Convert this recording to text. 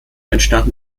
entstanden